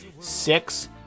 six